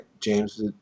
James